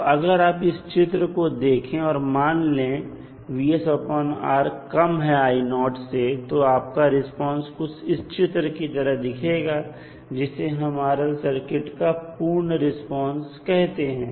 तो अगर आप यह चित्र देखें और मान ले कम है से तो आपका रिस्पांस कुछ इस चित्र की तरह दिखेगा जिसे हम RL सर्किट का पूर्ण रिस्पांस कहते हैं